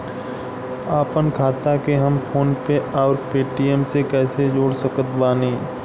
आपनखाता के हम फोनपे आउर पेटीएम से कैसे जोड़ सकत बानी?